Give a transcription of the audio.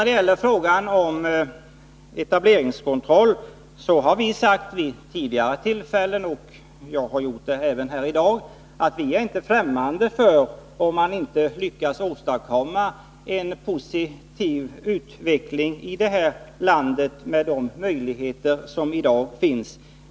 Beträffande frågan om etableringskontroll kan jag nämna att vi även vid tidigare tillfällen förklarat oss inte vara främmande för en sådan, om det med dagens möjligheter inte går att åstadkomma en positiv utveckling här i landet.